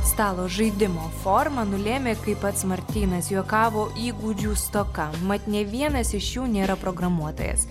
stalo žaidimo formą nulėmė kaip pats martynas juokavo įgūdžių stoka mat nė vienas iš jų nėra programuotojas